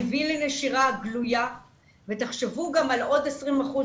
מביא לנשירה גלויה ותחשבו גם על עוד 20 אחוזים